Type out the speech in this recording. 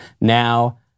Now